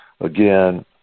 again